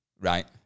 Right